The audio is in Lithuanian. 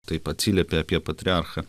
taip atsiliepė apie patriarchą